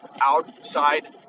outside